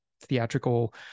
theatrical